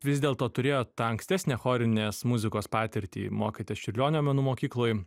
vis dėlto turėjot tą ankstesnę chorinės muzikos patirtį mokytis čiurlionio menų mokykloj